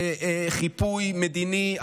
חיפוי מדיני,